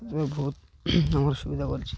ଏବେ ବହୁତ ଆମର ସୁବିଧା କରିଛି